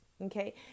Okay